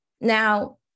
Now